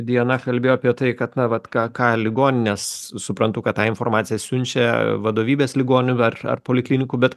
diana kalbėjo apie tai kad na vat ką ką ligoninės suprantu kad tą informaciją siunčia vadovybės ligoninių ar ar poliklinikų bet